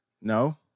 No